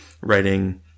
writing